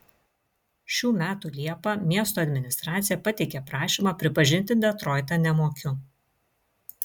šių metų liepą miesto administracija pateikė prašymą pripažinti detroitą nemokiu